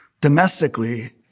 domestically